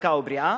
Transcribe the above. חזקה ובריאה,